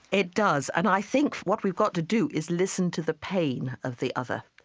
it does, and i think what we've got to do is listen to the pain of the other.